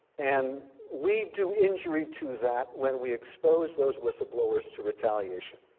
and we do injury to that when we expose those whistleblowers to retaliation,